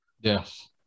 Yes